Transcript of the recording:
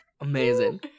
Amazing